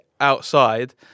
outside